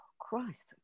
Christ